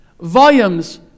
Volumes